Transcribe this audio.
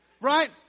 Right